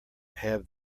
have